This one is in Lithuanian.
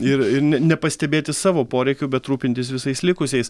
ir ne nepastebėti savo poreikių bet rūpintis visais likusiais